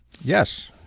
Yes